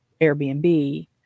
Airbnb